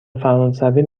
فرانسوی